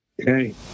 Okay